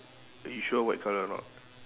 you sure white colour or not